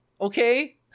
okay